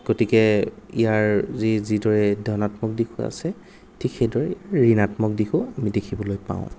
গতিকে ইয়াৰ যি যিদৰে ধনাত্মক দিশো আছে ঠিক সেইদৰে ঋণাত্মক দিশো আমি দেখিবলৈ পাওঁ